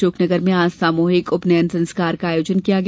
अशोकनगर में आज सामूहिक उपनयन संस्कार का आयोजन किया गया